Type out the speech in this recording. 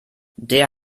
der